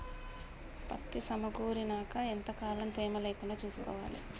పత్తి సమకూరినాక ఎంత కాలం తేమ లేకుండా చూసుకోవాలి?